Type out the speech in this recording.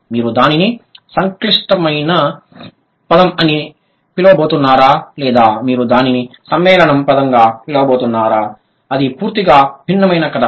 మీరు దానిని సంక్లిష్టమైన పదం అని పిలవబోతున్నారా లేదా మీరు దానిని సమ్మేళనం పదంగా పిలవబోతున్నారా అది పూర్తిగా భిన్నమైన కథ